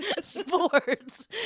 sports